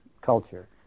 culture